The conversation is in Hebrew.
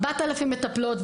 4,000 מטפלות,